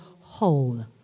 whole